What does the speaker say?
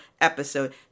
episode